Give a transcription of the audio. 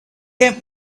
came